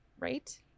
right